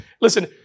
Listen